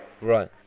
Right